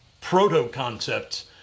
proto-concepts